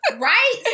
right